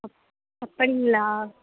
அப் அப்படிங்களா